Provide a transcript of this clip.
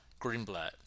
Greenblatt